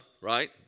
right